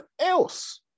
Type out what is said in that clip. else